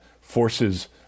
forces